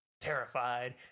terrified